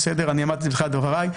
אני אמרתי את זה בתחילת דבריי,